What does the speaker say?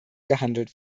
gehandelt